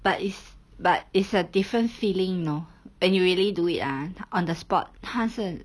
but if but it's a different feeling you know and you really do it ah on the spot 他是很